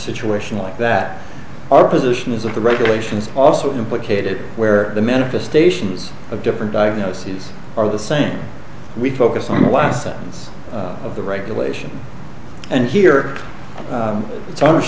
situation like that our position is that the regulations also implicated where the manifestations of different diagnoses are the same we focus on the last sentence of the regulation and here